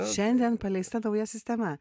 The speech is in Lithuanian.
šiandien paleista nauja sistema